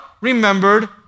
remembered